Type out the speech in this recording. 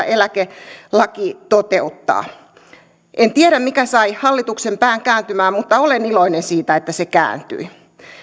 eläkelaki toteuttaa en tiedä mikä sai hallituksen pään kääntymään mutta olen iloinen siitä että se kääntyi